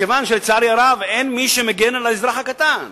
מכיוון שלצערי הרב אין מי שמגן על האזרח הקטן.